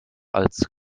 als